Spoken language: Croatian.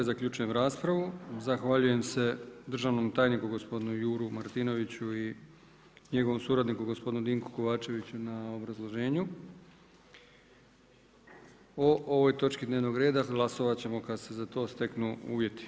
Zaključujem raspravu, zahvaljujem se državnom tajniku gospodinu Juru Martinoviću i njegovom suradniku gospodinu Dinku Kovačeviću na obrazloženju o ovoj točki dnevnog reda, glasovati ćemo kad se za to steknu uvjeti.